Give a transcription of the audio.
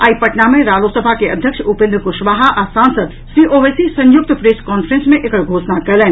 आइ पटना मे रालोसपा के अध्यक्ष उपेन्द्र कुशवाहा आ सांसद श्री ओवैसी संयुक्त प्रेस कांफ्रेस मे एकर घोषणा कयलनि